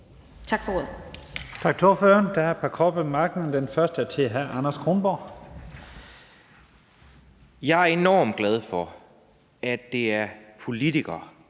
Jeg er enormt glad for, at det er politikere,